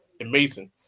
amazing